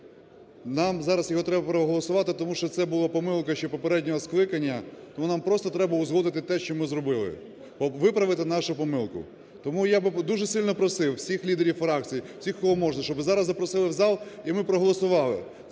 Нам зараз його треба проголосувати, тому що це була помилка ще попереднього скликання. Тому нам просто треба узгодити те, що ми зробили, виправити нашу помилку. Тому я би дуже сильно просив всіх лідерів фракцій, всіх, кого можна, щоб зараз запросили в зал і ми проголосували.